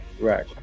Right